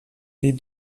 les